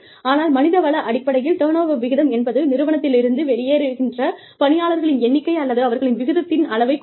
ஆனால் மனித வள அடிப்படையில் டர்ன் ஓவர் விகிதம் என்பது நிறுவனத்திலிருந்து வெளியேறுகின்ற பணியாளர்களின் எண்ணிக்கை அல்லது அவர்களின் விகிதத்தின் அளவை குறிக்கும்